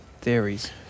theories